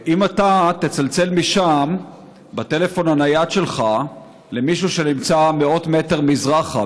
אם אתה תצלצל משם בטלפון הנייד שלך למישהו שנמצא מאות מטרים מזרחה,